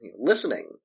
listening